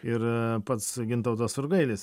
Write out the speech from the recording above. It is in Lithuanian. ir pats gintautas surgailis